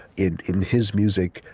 in in his music,